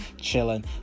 chilling